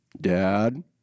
Dad